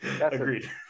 Agreed